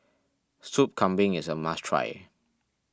Sup Kambing is a must try